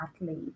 athlete